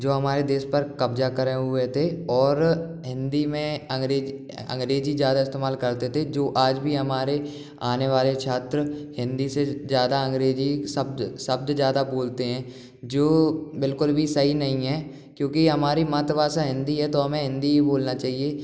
जो हमारे देशस पर कब्जा करें हुए थे और हिंदी में अंग्रेजी ज़्यादा इस्तेमाल करते थे जो आज भी हमारे आने वाले छात्र हिंदी से ज़्यादा अंग्रेजी शब्द शब्द ज़्यादा बोलते हैं जो बिल्कुल भी सही नहीं है क्योंकि हमारी मातृभाषा हिंदी है तो हमें हिंदी ही बोलना चाहिए